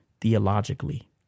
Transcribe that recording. theologically